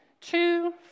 two